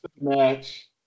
match